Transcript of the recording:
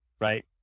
right